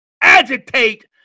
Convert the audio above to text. agitate